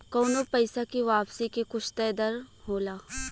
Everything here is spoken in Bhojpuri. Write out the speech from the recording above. कउनो पइसा के वापसी के कुछ तय दर होला